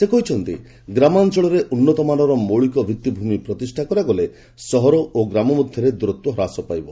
ସେ କହିଛନ୍ତି ଗ୍ରାମାଞ୍ଚଳରେ ଉନ୍ନତମାନର ମୌଳିକ ଭିଭିଭୂମି ପ୍ରତିଷ୍ଠା କରାଗଲେ ସହର ଓ ଗ୍ରାମ ମଧ୍ୟରେ ଦୂରତ୍ୱ ହ୍ରାସ ପାଇବ